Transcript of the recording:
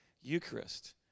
Eucharist